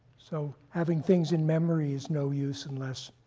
so having things in memory is no use unless